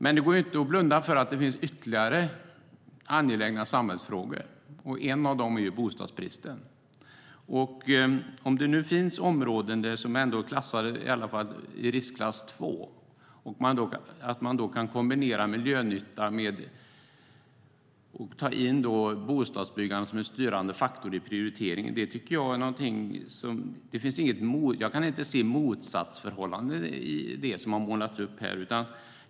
Men det går inte att blunda för att det finns ytterligare angelägna samhällsfrågor. En av dem är bostadsbristen. Om det nu finns områden som är klassade i riskklass 2 kan man kombinera miljönytta med att man tar in bostadsbyggande som en styrande faktor i prioriteringen. Jag kan inte se några motsatsförhållanden i det som målats upp här.